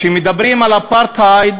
כשמדברים על אפרטהייד,